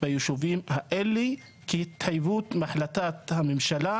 ביישובים האלה כהתחייבות מהחלטת הממשלה?